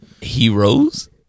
Heroes